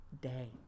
day